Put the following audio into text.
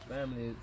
Family